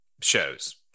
shows